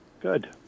Good